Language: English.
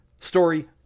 story